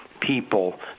people